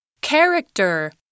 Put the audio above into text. Character